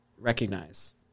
recognize